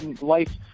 Life